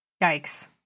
Yikes